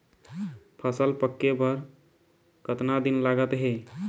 फसल पक्के बर कतना दिन लागत हे?